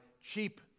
cheap